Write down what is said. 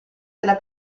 della